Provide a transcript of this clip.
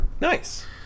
Nice